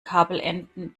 kabelenden